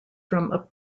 from